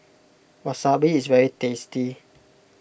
Wasabi is very tasty